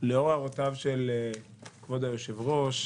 לאור הערותיו של כבוד היושב-ראש,